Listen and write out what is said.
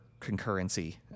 concurrency